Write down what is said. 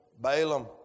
Balaam